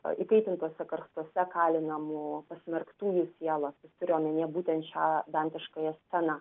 įkaitintuose karstuose kalinamų pasmerktųjų sielas jis turi omenyje būtent šią dantiškąją sceną